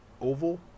oval